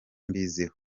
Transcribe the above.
mbiziho